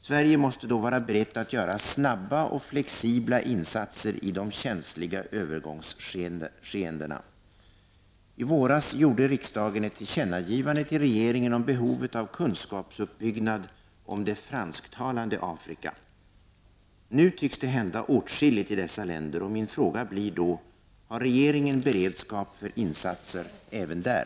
Sverige måste då vara berett att göra snabba och flexibla insatser i de känsliga övergångsskeendena. I våras gjorde riksdagen ett tillkännagivande till regeringen om behovet av kunskapsuppbyggnad om det fransktalande Afrika. Nu tycks det hända åtskilligt i dessa länder. Min fråga blir då: Har regeringen beredskap för insatser även där?